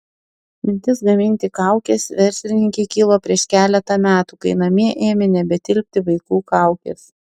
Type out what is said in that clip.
mintis gaminti kaukes verslininkei kilo prieš keletą metų kai namie ėmė nebetilpti vaikų kaukės